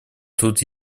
тут